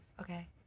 Okay